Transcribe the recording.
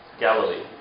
Galilee